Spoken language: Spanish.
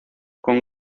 con